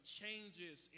changes